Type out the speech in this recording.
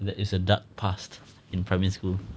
there is a dark past in primary school